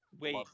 Wait